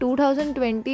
2020